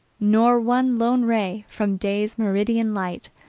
nor one lone ray from day's meridian light.